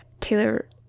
Taylor